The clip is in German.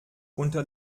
unter